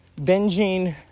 Binging